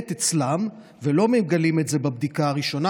אצלם ולא מגלים את זה בבדיקה הראשונה,